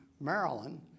Maryland